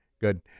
Good